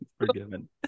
Forgiven